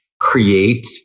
create